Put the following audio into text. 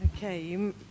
Okay